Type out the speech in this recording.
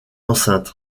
enceinte